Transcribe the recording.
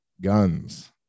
guns